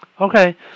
Okay